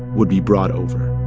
would be brought over